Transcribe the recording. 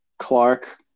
clark